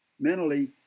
Mentally